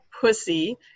Pussy